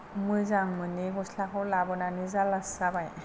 मोजां मोनै गस्लाखौ लाबोनानै जारलासो जाबाय